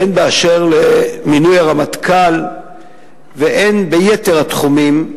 הן באשר למינוי הרמטכ"ל והן ביתר התחומים,